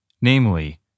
Namely